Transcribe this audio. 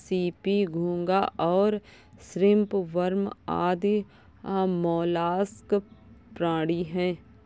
CP, घोंगा और shrimp worm आदि मौलास्क प्राणी हैं